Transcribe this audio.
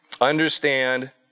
Understand